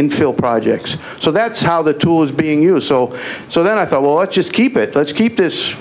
infill projects so that's how the tool is being used so so then i thought well let's just keep it let's keep this